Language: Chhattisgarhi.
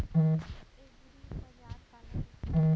एगरीबाजार काला कहिथे?